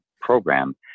program